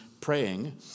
praying